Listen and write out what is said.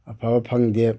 ꯑꯐꯕ ꯐꯪꯗꯦ